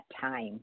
time